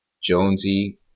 Jonesy